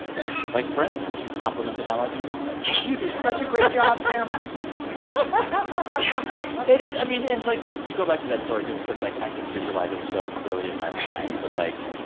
yeah like, for instance, you complimented how i deboned um that thigh you did such a great job, sam but it is. i mean, and like, just to go back to that story just because, like, i could visualize it so clearly in my mind. but, like,